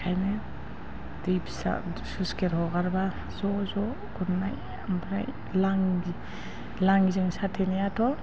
ओंखायनो दै फिसा स्लुइस गेट हगारबा ज' ज' गुरनाय ओमफ्राय लाङिजों साथेनायाथ'